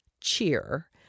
Cheer